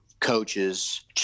coaches